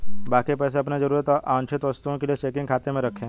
बाकी पैसे अपनी जरूरत और वांछित वस्तुओं के लिए चेकिंग खाते में रखें